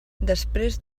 després